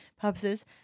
purposes